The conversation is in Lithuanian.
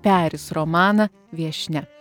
peris romaną viešnia